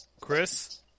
Chris